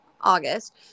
August